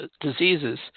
diseases